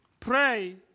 Pray